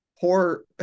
poor